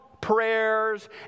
prayers